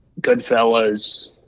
goodfellas